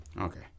Okay